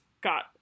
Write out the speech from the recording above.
got